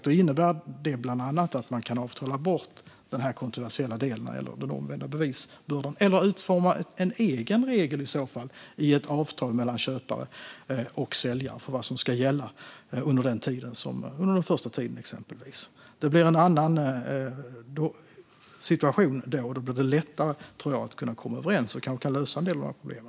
Då innebär det bland annat att man kan avtala bort denna kontroversiella del när det gäller den omvända bevisbördan eller utforma en egen regel i ett avtal mellan köpare och säljare för vad som ska gälla under exempelvis den första tiden. Det blir en annan situation då, och då tror jag att det blir lättare att komma överens. Det kanske kan lösa en del av dessa problem.